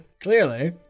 clearly